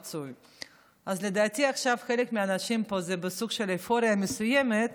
אז לדעתי עכשיו חלק מהאנשים פה בסוג של אופוריה מסוימת,